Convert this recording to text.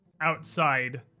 outside